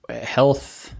health